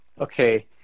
okay